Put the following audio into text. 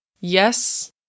Yes